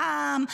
העם,